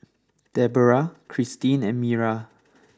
Debera Christene and Miriah